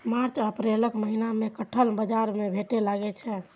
मार्च आ अप्रैलक महीना मे कटहल बाजार मे भेटै लागै छै